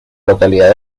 localidad